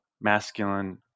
masculine